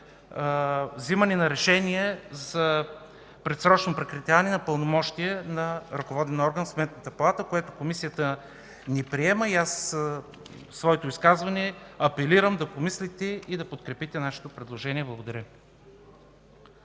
вземане на решение за предсрочно прекратяване на пълномощия на ръководен орган в Сметната палата, което Комисията не приема. В своето изказване апелирам да помислите и да подкрепите нашето предложение. Благодаря